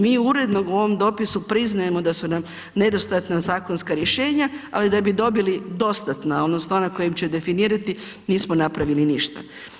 Mi uredno u ovom dopisu priznajemo da su nam nedostatna zakonska rješenja, ali da bi dobili dostatna, odnosno ona kojim će definirati, nismo napravili ništa.